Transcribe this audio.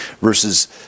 versus